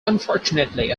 unfortunately